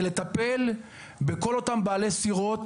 זה לטפל בכל אותם בעלי סירות,